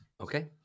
Okay